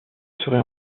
seraient